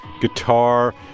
guitar